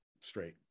straight